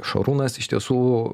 šarūnas iš tiesų